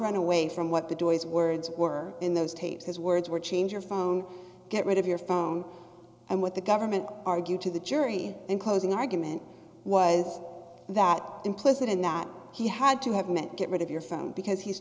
run away from what they do his words were in those tapes his words were change your phone get rid of your phone and what the government argued to the jury in closing argument was that implicit in that he had to have meant get rid of your phone because he's